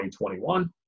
2021